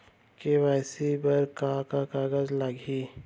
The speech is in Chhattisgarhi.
के.वाई.सी बर का का कागज लागही?